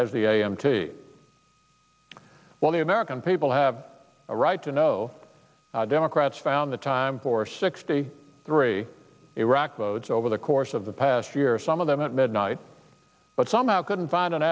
as the a m t well the american people have a right to know democrats found the time for sixty three iraq votes over the course of the past year some of them at midnight but somehow couldn't find an